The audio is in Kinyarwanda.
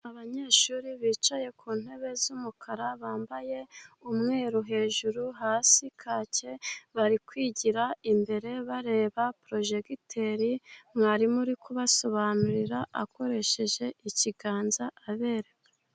Abanyeshuri bicaye ku ntebe z'umukara, bambaye umweru hejuru, hasi kaki. Bari kwigira imbere bareba porojegiteri, mwarimu uri kubasobanurira akoresheje ikiganza abereka.